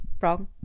wrong